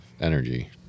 energy